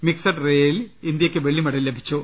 mixed റിലേയിലും ഇന്ത്യക്ക് വെള്ളി മെഡൽ ലഭിച്ചു